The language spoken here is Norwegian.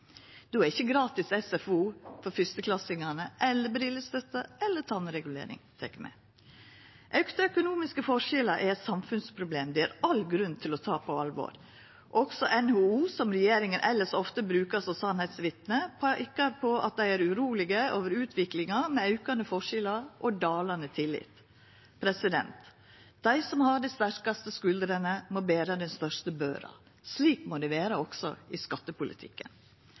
Då er ikkje gratis SFO for fyrsteklassingane, brillestøtte eller tannregulering tekne med. Auka økonomiske forskjellar er eit samfunnsproblem det er all grunn til å ta på alvor. Også NHO, som regjeringa elles ofte brukar som sanningsvitne, peikar på at dei er urolege over utviklinga med aukande forskjellar og dalande tillit. Dei som har dei sterkaste skuldrene, må bera den største børa. Slik må det vera også i skattepolitikken.